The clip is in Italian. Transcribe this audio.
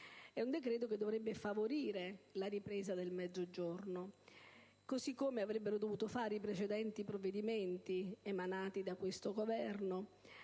a questa mattina, dovrebbe favorire la ripresa del Mezzogiorno, così come avrebbero dovuto fare i precedenti provvedimenti emanati da questo Governo